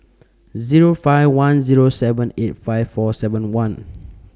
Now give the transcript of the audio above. Zero five one Zero seven eight five four seven one